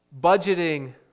budgeting